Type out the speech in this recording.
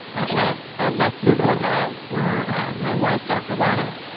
i i left your book out where my wife, dr. lana,